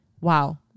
wow